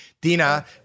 dina